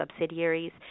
subsidiaries